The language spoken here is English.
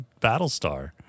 Battlestar